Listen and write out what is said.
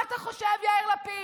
מה אתה חושב, יאיר לפיד,